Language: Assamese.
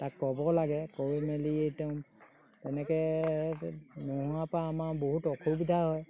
তাক ক'ব লাগে কৰি মেলিয়ে তেও তেনেকৈ নোহোৱাৰপৰা আমাৰ বহুত অসুবিধা হয়